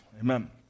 Amen